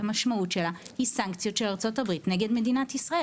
המשמעות שלה היא סנקציות של ארצות הברית נגד מדינת ישראל.